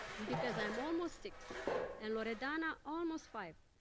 because i am almost six and loredana almost five,